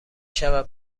شود